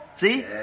See